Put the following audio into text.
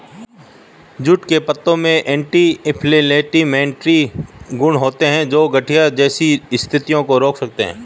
jute के पत्तों में एंटी इंफ्लेमेटरी गुण होते हैं, जो गठिया जैसी स्थितियों को रोक सकते हैं